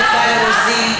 חברת הכנסת מיכל רוזין,